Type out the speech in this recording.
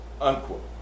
unquote